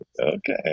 Okay